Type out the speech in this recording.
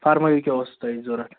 فرمٲیِو کیٛاہ اوسوٕ تۅہہِ ضروٗرت